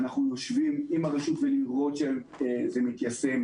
אנחנו יושבים עם הרשות לראות שזה מיושם,